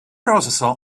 processor